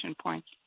points